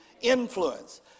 influence